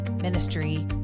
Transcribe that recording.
ministry